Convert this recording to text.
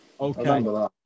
Okay